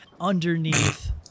underneath